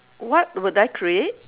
what would I create